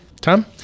Tom